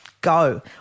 Go